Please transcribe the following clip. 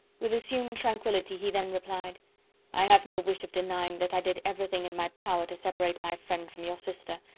with assumed tranquillity he then replied i have no wish of denying that i did everything in my power to separate my friend from your sister,